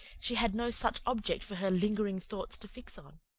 she had no such object for her lingering thoughts to fix on,